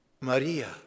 Maria